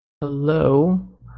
hello